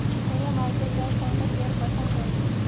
भैया भारतीय चाय संघ का चेयर पर्सन कौन है?